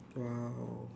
!wow!